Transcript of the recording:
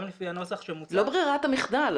גם לפי הנוסח שמוצע --- לא ברירת המחדל.